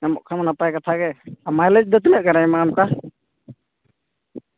ᱧᱟᱢᱚᱜ ᱠᱷᱟᱱ ᱫᱚ ᱱᱟᱯᱟᱭ ᱠᱟᱛᱷᱟ ᱜᱮ ᱟᱨ ᱢᱟᱭᱞᱮᱡᱽ ᱫᱚ ᱛᱤᱱᱟᱹᱜ ᱜᱟᱱᱮ ᱮᱢᱟ ᱚᱱᱠᱟ